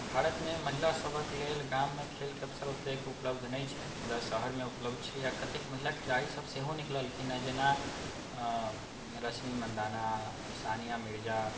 भारतमे महिला सबहक लेल गाम खेलके अवसर उपलब्ध नहि छै मुदा शहरमे उपलब्ध छै आओर कते महिला खिलाड़ी सब सेहो निकललखिन हँ जेना रश्मि मंदाना सानिया मिर्जा